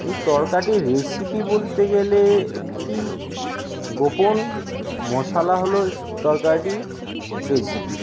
এই তরকাটির রেসিপি বলতে গেলে একটি গোপন মশালা হলো তরকাটির রেসিপি